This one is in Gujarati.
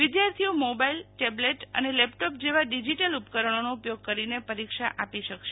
વિધાર્થીઓ મોબાઈલટેબ્લેટ અને લેપટોપ જેવા ડિજિટલ ઉપરકરોમાનો ઉપયોગ કરીને પરીક્ષા આપી શકશે